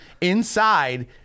inside